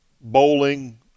bowling